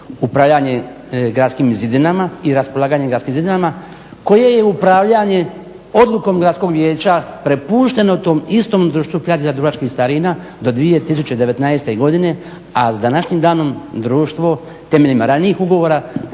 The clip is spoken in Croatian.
upravljanje gradskim zidinama i raspolaganje gradskim zidinama koje je upravljanje odlukom gradskog vijeća prepušteno tom istom Društvu prijatelja dubrovačkih starina do 2019. godine, a s današnjim danom Društvo temeljem ranijih ugovora